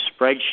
spreadsheet